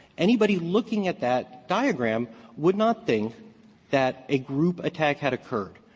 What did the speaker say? anybody looking at that diagram would not think that a group attack had occurred.